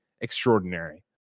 extraordinary